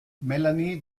melanie